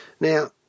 Now